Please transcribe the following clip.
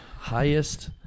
Highest